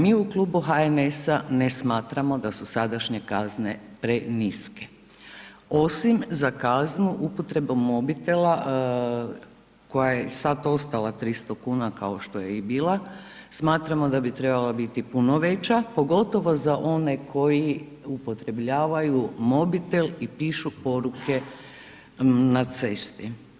Mi u Klubu HNS-a ne smatramo da su sadašnje kazne preniske osim za kaznu upotrebu mobitela koja je sad ostala 300 kuna kao što je i bila smatramo da bi trebala biti puno veća pogotovo za one koji upotrjebljavaju mobitel i pišu poruke na cesti.